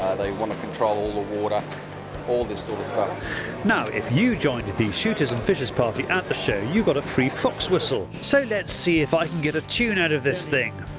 they want to control all the water all this sort of stuff. now if you joined the shooters and fishers party at the show you got a free fox whistle so let's see if i can get a tune out of this thing.